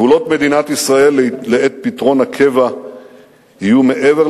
גבולות מדינת ישראל לעת פתרון הקבע יהיו מעבר